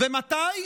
מתי?